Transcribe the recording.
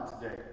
today